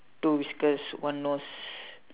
two whiskers one nose